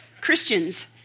Christians